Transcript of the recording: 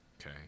okay